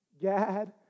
Gad